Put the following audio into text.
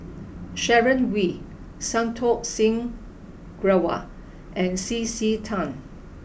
Sharon Wee Santokh Singh Grewal and C C Tan